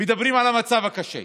מדברים על המצב הקשה.